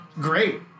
great